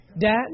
dad